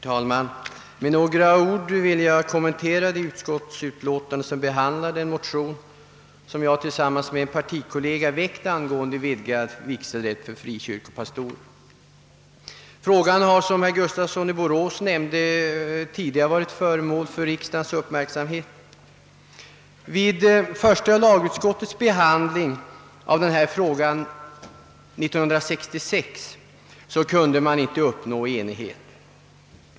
Herr talman! Med några ord vill jag kommentera det utskottsutlåtande som behandlar den motion som jag tillsammans med en partikollega har väckt angående vidgad vigselrätt för frikyrkopastorer. Frågan har, som herr Gustafsson i Borås nämnde, tidigare varit föremål för riksdagens uppmärksamhet. Vid första lagutskottets behandling av denna fråga 1966 kunde enighet inte uppnås.